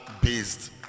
based